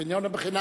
החניון הוא בחינם.